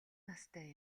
настай